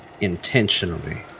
intentionally